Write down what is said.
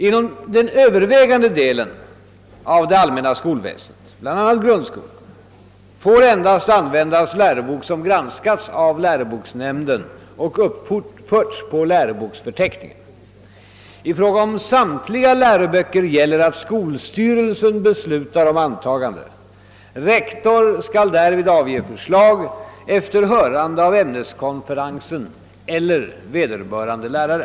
Inom den övervägande delen av det allmänna skolväsendet, bl.a. grundskolan, får endast användas lärobok som granskats av läroboksnämnden och uppförts på läroboksförteckningen. I fråga om samtliga läroböcker gäller att skolstyrelsen beslutar om antagande. Rektor skall därvid avge förslag efter hörande av ämneskonferensen eller vederbörande lärare.